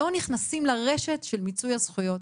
לא נכנסים לרשת של מיצוי הזכויות.